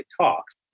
talks